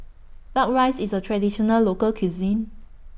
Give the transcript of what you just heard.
Duck Rice IS A Traditional Local Cuisine